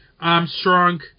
Armstrong